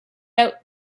out